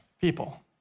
people